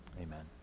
Amen